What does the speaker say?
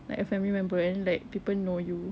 like a family member and like people know you